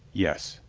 yes,